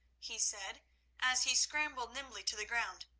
he said as he scrambled nimbly to the ground.